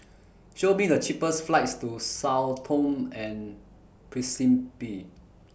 Show Me The cheapest flights to Sao Tome and Principe